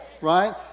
right